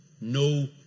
no